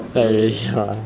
like really cannot